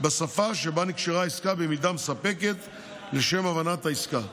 בשפה שבה נקשרה העסקה במידה מספקת לשם הבנת העסקה.